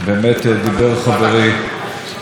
36 מתחילת השנה,